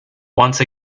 once